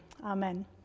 amen